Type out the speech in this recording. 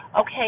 okay